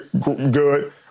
good